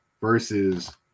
versus